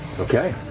okay.